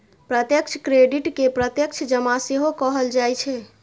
प्रत्यक्ष क्रेडिट कें प्रत्यक्ष जमा सेहो कहल जाइ छै